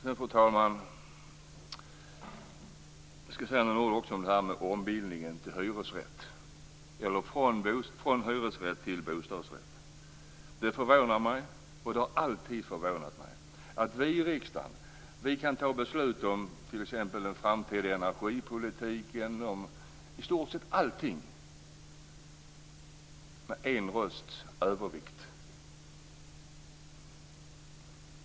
Sedan, fru talman, ska jag säga några ord om ombildningen från hyresrätt till bostadsrätt. Det förvånar mig, och det har alltid förvånat mig, att vi i riksdagen kan ta beslut om t.ex. den framtida energipolitiken och i stort sett allting med en rösts övervikt.